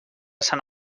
sant